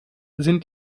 sind